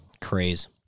craze